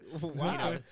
Wow